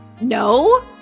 no